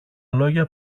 λόγια